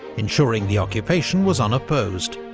ensuring the occupation was unopposed.